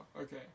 okay